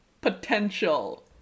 potential